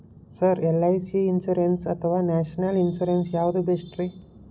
Sir LIC insurance ಅಥವಾ national insurance ಯಾವುದು ಬೆಸ್ಟ್ರಿ?